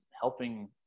helping